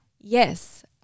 Yes